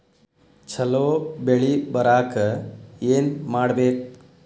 ಛಲೋ ಬೆಳಿ ಬರಾಕ ಏನ್ ಮಾಡ್ಬೇಕ್?